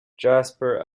jasper